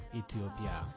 ethiopia